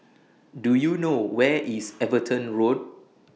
Do YOU know Where IS Everton Road